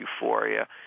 euphoria